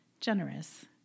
generous